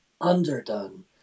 underdone